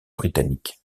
britannique